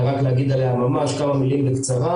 אלא רק להגיד עליה ממש כמה מלים בקצרה,